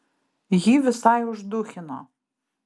jį visai užduchino